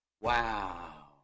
Wow